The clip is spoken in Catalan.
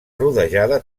rodejada